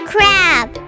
Crab